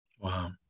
Wow